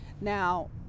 Now